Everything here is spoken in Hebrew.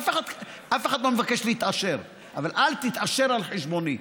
אף אחד לא מבקש להתעשר, אבל אל תתעשר על חשבוני.